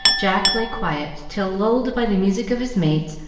jack lay quiet till, lulled by the music of his mates,